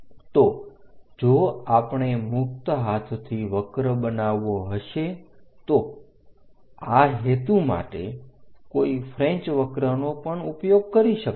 તો જો આપણેમુક્ત હાથથી વક્ર બનાવવો હશે તો આ હેતુ માટે કોઈ ફ્રેંચ વક્રનો પણ ઉપયોગ કરી શકે છે